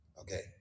okay